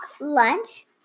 lunch